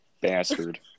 bastard